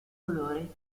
colori